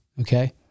Okay